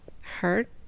hurt